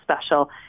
special